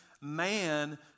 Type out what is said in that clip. man